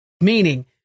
Meaning